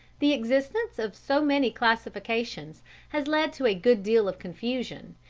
the existence of so many classifications has led to a good deal of confusion,